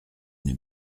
une